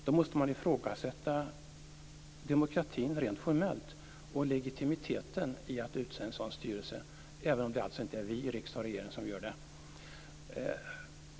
Då måste man rent formellt ifrågasätta demokratin och legitimiteten i att utse en sådan styrelse, även om det inte är vi i riksdag och regering som gör det.